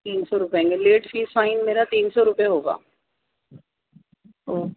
تین سو روپئے ہوں گے لیٹ فیس فائن میرا تین سو روپئے ہوگا